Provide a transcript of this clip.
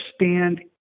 understand